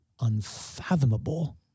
unfathomable